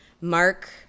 Mark